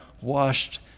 washed